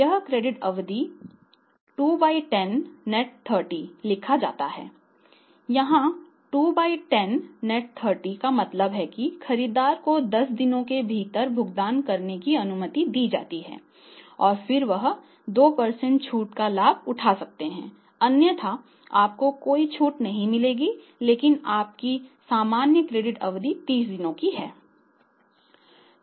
यहां "two by ten net थाटी" का मतलब है कि खरीदार को 10 दिनों के भीतर भुगतान करने की अनुमति दी जाति है और फिर वह 2 छूट का लाभ उठा सकते हैं अन्यथा आपको कोई छूट नहीं मिलेगी लेकिन आपकी सामान्य क्रेडिट अवधि 30 दिनों की है